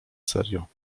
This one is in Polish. serio